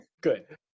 good